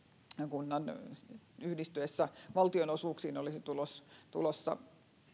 kunnan yhdistyessä valtionosuuksiin olisi tulossa tulossa